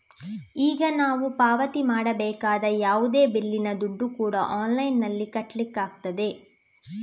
ಈಗ ನಾವು ಪಾವತಿ ಮಾಡಬೇಕಾದ ಯಾವುದೇ ಬಿಲ್ಲಿನ ದುಡ್ಡು ಕೂಡಾ ಆನ್ಲೈನಿನಲ್ಲಿ ಕಟ್ಲಿಕ್ಕಾಗ್ತದೆ